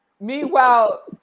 meanwhile